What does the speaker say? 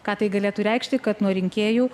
ką tai galėtų reikšti kad nuo rinkėjų